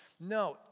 No